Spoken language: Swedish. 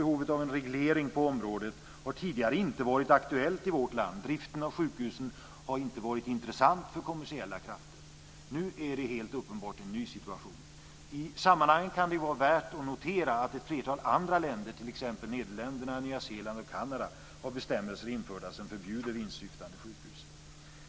En reglering på området har tidigare inte varit aktuell i vårt land. Driften av sjukhusen har inte varit intressant för kommersiella krafter. Nu är det helt uppenbart en ny situation. I sammanhanget kan det ju vara värt att notera att ett flertal andra länder, t.ex. Nederländerna, Nya Zeeland och Kanada, har bestämmelser införda som förbjuder vinstsyftande sjukhus.